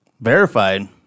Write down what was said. verified